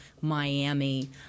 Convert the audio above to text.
Miami